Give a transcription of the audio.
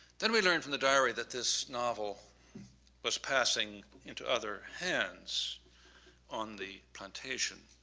then we learn from the diary that this novel was passing into other hands on the plantation.